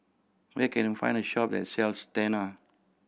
where can I find a shop that sells Tena